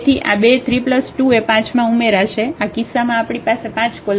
તેથી આ બે 3 2 એ 5માં ઉમેરાશે આ કિસ્સામાં આપણી પાસે 5 કોલમ છે